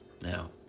Now